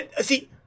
See